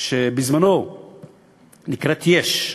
בזמנה שנקראת י"ש,